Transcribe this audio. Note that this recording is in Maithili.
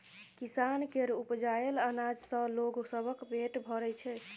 किसान केर उपजाएल अनाज सँ लोग सबक पेट भरइ छै